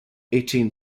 eighteen